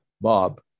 Bob